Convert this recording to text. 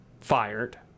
fired